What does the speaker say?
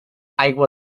aigua